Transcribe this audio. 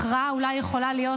הכרעה אולי יכולה להיות,